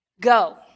go